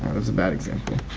was a bad example.